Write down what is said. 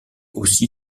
aussi